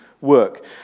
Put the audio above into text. work